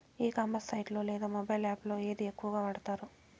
ఈ commerce site లో లేదా మొబైల్ యాప్ లో ఏది ఎక్కువగా వాడుతారు?